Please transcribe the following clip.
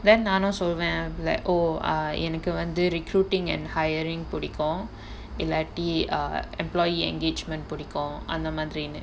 then நானு சொல்வேன்:naanu solvaen oh ah எனக்கு வந்து:enakku vanthu recruiting and hiring புடிக்கும் இல்லாட்டி:pudikum illaati ah employee engagement புடிக்கும் அந்த மாதிரினு:pudikum antha maathirinu